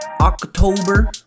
October